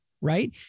right